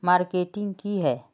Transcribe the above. Marketing की है?